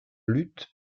lutte